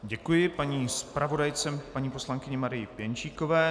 Děkuji paní zpravodajce, paní poslankyni Marii Pěnčíkové.